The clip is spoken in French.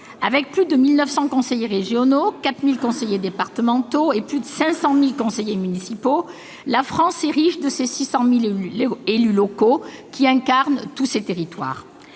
avec plus de 1 900 conseillers régionaux, 4 000 conseillers départementaux et plus de 500 000 conseillers municipaux, la France est riche de 600 000 élus locaux, qui incarnent tous ses territoires.